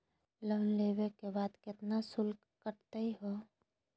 Loan लेवे के बाद केतना शुल्क कटतही हो?